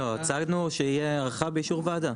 לא, הצגנו שתהיה הארכה באישור ועדה.